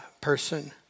person